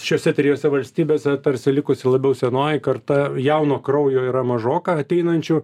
šiose trijose valstybėse tarsi likusi labiau senoji karta jauno kraujo yra mažoka ateinančių